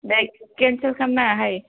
दे cancel खालामनाङा हाय